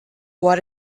what